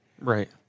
Right